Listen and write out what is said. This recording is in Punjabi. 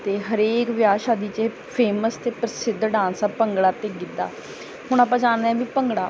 ਅਤੇ ਹਰੇਕ ਵਿਆਹ ਸ਼ਾਦੀ ਜੇ ਫੇਮਸ ਅਤੇ ਪ੍ਰਸਿੱਧ ਡਾਂਸ ਆ ਭੰਗੜਾ ਅਤੇ ਗਿੱਧਾ ਹੁਣ ਆਪਾਂ ਜਾਣਦੇ ਹਾਂ ਵੀ ਭੰਗੜਾ